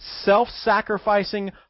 self-sacrificing